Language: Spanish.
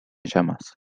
llamas